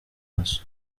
maso